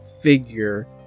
figure